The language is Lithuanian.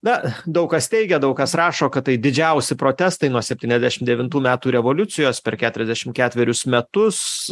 na daug kas teigia daug kas rašo kad tai didžiausi protestai nuo septyniasdešim devintų metų revoliucijos per keturiasdešim ketverius metus